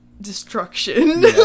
destruction